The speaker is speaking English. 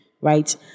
Right